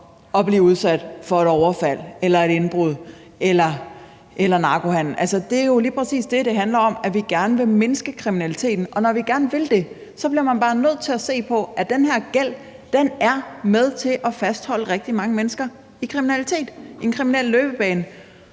at blive udsat for et overfald eller et indbrud eller narkohandel. Det er jo lige præcis det, det handler om, nemlig at vi gerne vil mindske kriminaliteten. Og når vi gerne vil det, bliver man bare nødt til at se på, at den her gæld er med til at fastholde rigtig mange mennesker i kriminalitet, en kriminel løbebane.